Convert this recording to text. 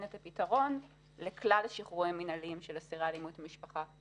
את הפתרון לכלל השחרורים המינהליים של אסירי אלימות במשפחה.